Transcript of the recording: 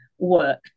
Work